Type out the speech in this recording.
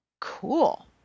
Cool